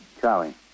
Charlie